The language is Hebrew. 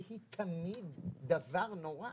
שהיא תמיד דבר נורא,